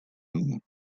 noemen